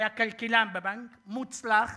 הוא היה כלכלן בבנק, מוצלח.